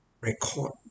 record